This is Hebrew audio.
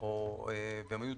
דברים נכונים,